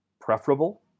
preferable